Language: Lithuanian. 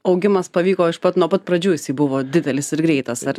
augimas pavyko iš pat nuo pat pradžių jisai buvo didelis ir greitas ar